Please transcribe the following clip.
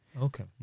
Okay